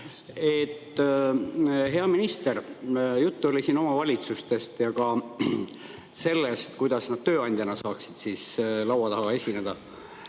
Hea minister! Juttu oli siin omavalitsustest ja ka sellest, kuidas nad tööandjana saaksid laua taga esineda.